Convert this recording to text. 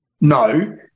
no